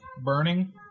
burning